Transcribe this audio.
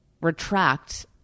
retract